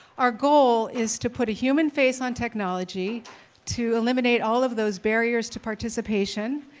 our goal is to put a human face on technology to eliminate all of those barriers to participation,